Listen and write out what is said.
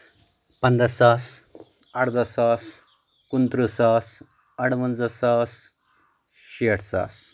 پَنٛداہ ساس اَرٕدہ ساس کُنہٕ ترٕٛہ ساس اَرٕوَنٛزاہ ساس شیٹھ ساس